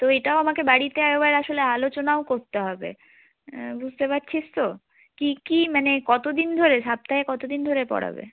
তো এটাও আমাকে বাড়িতে একবার আসলে আলোচনাও করতে হবে বুঝতে পারছিস তো কী কী মানে কত দিন ধরে সপ্তাহে কত দিন ধরে পড়াবে